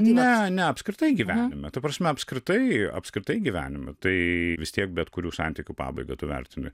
ne ne apskritai gyvenime ta prasme apskritai apskritai gyvenime tai vis tiek bet kurių santykių pabaigą tu vertini